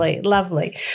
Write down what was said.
lovely